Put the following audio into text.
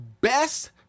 best